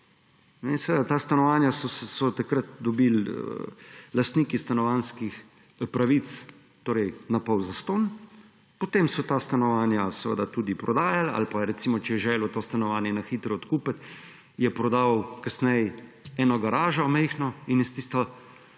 Ta stanovanja so takrat dobili lastniki stanovanjskih pravic napol zastonj, potem so ta stanovanja seveda tudi prodajali. Ali pa, recimo, če je želel to stanovanje na hitro odkupiti, je prodal kasneje eno majhno garažo in s tisto